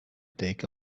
take